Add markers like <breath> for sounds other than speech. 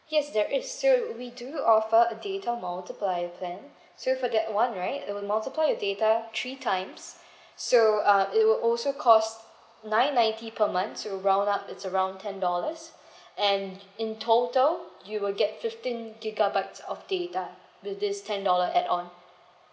yes there is so we do offer a data multiplier plan so for that one right it'll multiply your data three times <breath> so uh it will also cost nine ninety per month so round up it's around ten dollars <breath> and in total you will get fifteen gigabytes of data with this ten dollar add on